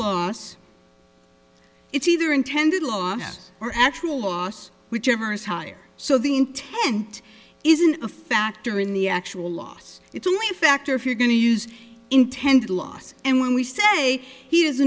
lois it's either intended law or actual us whichever is higher so the intent isn't a factor in the actual loss it's only a factor if you're going to use intended loss and when we say he